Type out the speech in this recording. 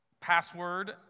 password